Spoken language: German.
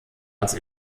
als